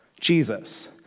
Jesus